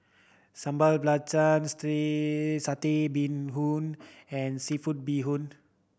sambal stay Satay Bee Hoon and seafood bee hoon